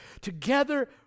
together